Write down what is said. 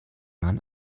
mann